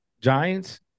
Giants